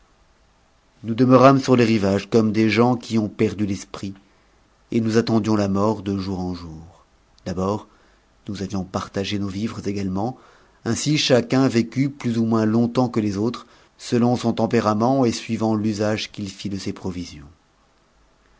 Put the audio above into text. nous demeurâmes sur le rivage comme des gens qui ont perdu l'esprit et nous attendions la mort de jour en jour d'abord nous avions partagé nos vivres également ainsi chacun vécut plus ou moins longtemps que les autres selon son tempérament et suivant l'usage qu'il fit de ses provisions